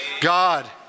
God